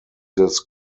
this